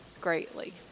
greatly